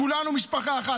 כולנו משפחה אחת.